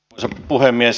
arvoisa puhemies